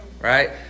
right